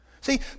See